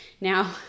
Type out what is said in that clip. Now